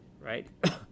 Right